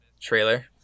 trailer